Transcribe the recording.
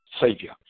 Savior